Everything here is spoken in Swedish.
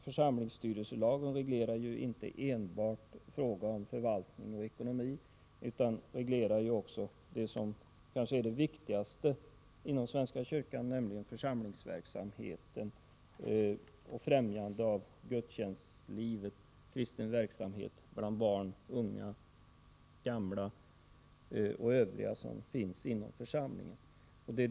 Församlingsstyrelselagen reglerar ju inte enbart frågor om förvaltning och ekonomi utan också det som kanske är det viktigaste inom svenska kyrkan, nämligen församlingsverksamheten samt främjandet av gudstjänstliv och kristen verksamhet bland barn, unga, gamla och övriga inom församlingen.